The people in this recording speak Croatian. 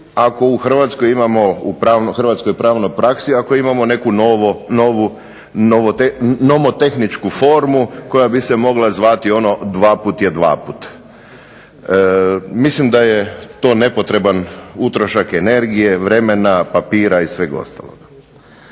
ako u Hrvatskoj pravnoj praksi imamo nomotehničku formu koja bi se mogla zvati "dvaput je dvaput". Mislim da je to nepotreban utrošak energije, vremena, papira i svega ostaloga.